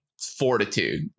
fortitude